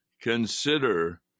consider